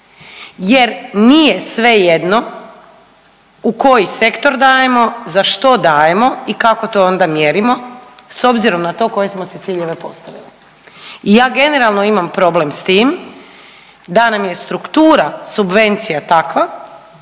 jer nije svejedno u koji sektor dajemo, za što dajemo i kako to onda mjerimo s obzirom na to koje smo si ciljeve postavili i ja generalno imam problem s tim da nam je struktura subvencija takva